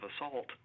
assault